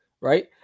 right